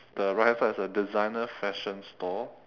the right hand side's a designer fashion store